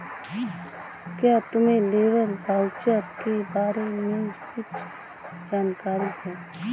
क्या तुम्हें labour voucher के बारे में कुछ जानकारी है?